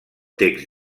text